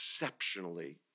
exceptionally